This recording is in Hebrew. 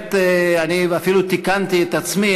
אני אפילו תיקנתי את עצמי.